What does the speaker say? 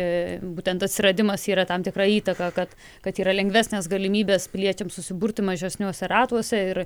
būtent atsiradimas yra tam tikra įtaka kad kad yra lengvesnės galimybės piliečiams susiburti mažesniuose ratuose ir